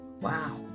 Wow